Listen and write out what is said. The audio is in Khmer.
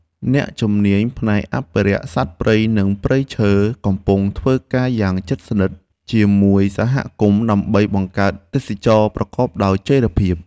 អ្នកជំនាញផ្នែកអភិរក្សសត្វព្រៃនិងព្រៃឈើកំពុងធ្វើការយ៉ាងជិតស្និទ្ធជាមួយសហគមន៍ ដើម្បីបង្កើតទេសចរណ៍ប្រកបដោយចីរភាព។